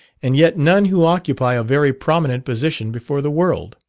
and yet none who occupy a very prominent position before the world.